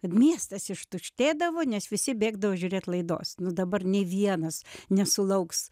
kad miestas ištuštėdavo nes visi bėgdavo žiūrėt laidos nu dabar nė vienas nesulauks